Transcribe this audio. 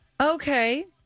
Okay